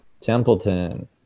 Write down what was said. Templeton